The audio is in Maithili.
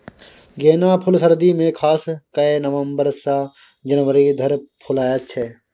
गेना फुल सर्दी मे खास कए नबंबर सँ जनवरी धरि फुलाएत छै